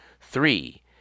three